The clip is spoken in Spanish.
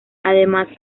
además